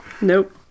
Nope